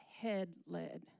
head-led